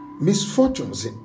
misfortunes